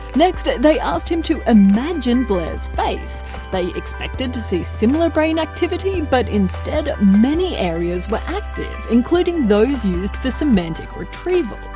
next they asked him to imagine blair's face they expected to see similar brain activity but instead, many brain areas were active, including those used for semantic retrieval.